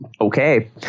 okay